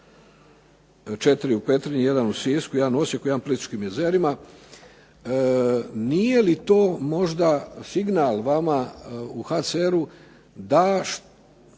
4 u Petrinji, 1 u Sisku, 1 u Osijeku, 1 u Plitivčkim jezerima. Nije li to možda signal vama u HCR-u da